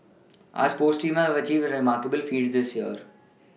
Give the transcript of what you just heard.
our sports teams have achieved a remarkable feats this year